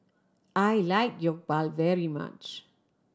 I like Jokbal very much